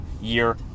year